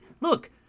look